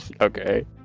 Okay